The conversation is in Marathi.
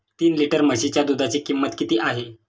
तीन लिटर म्हशीच्या दुधाची किंमत किती आहे?